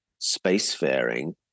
spacefaring